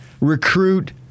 recruit